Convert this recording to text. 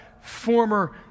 former